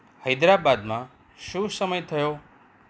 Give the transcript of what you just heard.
હૈદરાબાદમાં શું સમય થયો